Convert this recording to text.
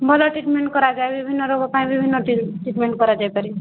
ଭଲ ଟ୍ରିଟ୍ମେଣ୍ଟ୍ କରାଯାଏ ବିଭିନ୍ନ ରୋଗ ପାଇଁ ବିଭିନ୍ନ ଟ୍ରିଟ୍ମେଣ୍ଟ୍ କରାଯାଇପାରିବ